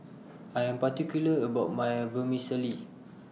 I Am particular about My Vermicelli